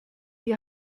ihr